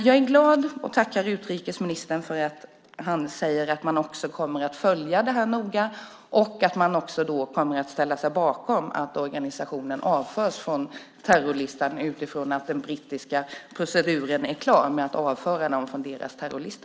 Jag är glad och tackar utrikesministern för att han säger att man kommer att följa det här noga och att man också kommer att ställa sig bakom att organisationen avförs från terrorlistan utifrån att den brittiska proceduren är klar med att avföra organisationen från deras terrorlista.